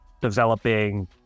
developing